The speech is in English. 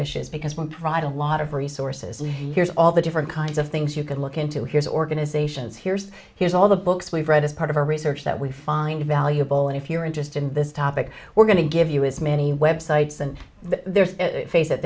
issues because when pride a lot of resources and here's all the different kinds of things you can look into here's organizations here's here's all the books we've read as part of our research that we find valuable and if you're interested in this topic we're going to give you as many web sites and there's a face